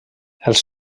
els